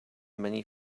many